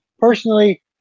personally